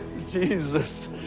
Jesus